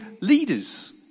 leaders